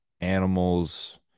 animals